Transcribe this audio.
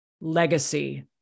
legacy